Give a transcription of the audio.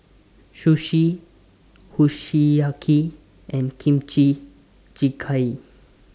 Sushi Kushiyaki and Kimchi Jjigae